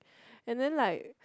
and then like